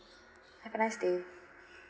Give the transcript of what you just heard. have a nice day